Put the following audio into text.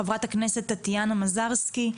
ח"כ טטיאנה מזרסקי,